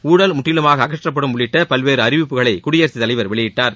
ஊழல் முற்றிலுமாக அகற்றப்படும் உள்ளிட்ட பல்வேறு அறிவிப்புகளையும் குடியரசுத் தலைவர் வெளியிட்டார்